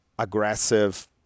Aggressive